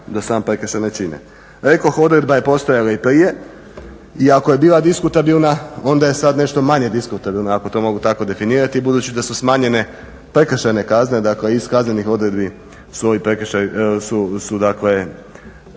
Rekoh odredba je postojala i prije i ako je bila diskutabilna onda je sad nešto manje diskutabilna ako to mogu tako definirati budući da su smanjene prekršajne kazne dakle iz kaznenih odredbi su dakle pogreške prešle